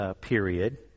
period